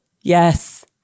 Yes